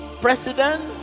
president